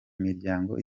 miryango